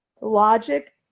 logic